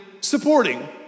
supporting